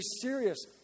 serious